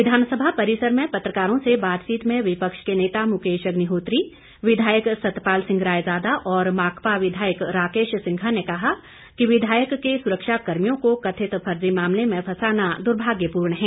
विधानसभा परिसर में पत्रकारों से बातचीत में विपक्ष के नेता मुकेश अग्निहोत्री विधायक सतपाल सिंह रायजादा और माकपा विधायक राकेश सिंघा ने कहा कि विधायक के सुरक्षा कर्मियों को कथित फर्जी मामले में फंसाना दुर्भाग्यपूर्ण है